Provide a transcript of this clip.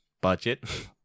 budget